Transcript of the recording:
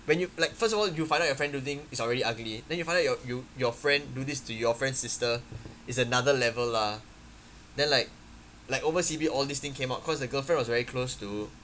when you like first of all you find out your friend do thing it's already ugly then you find out your you your friend do this to your friend's sister is another level lah then like like over C_B all this thing came out because the girlfriend was very close to